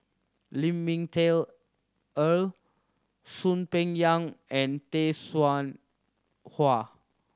Lin Ming Teh Earl Soon Peng Yam and Tay Seow Huah